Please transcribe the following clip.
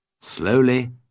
Slowly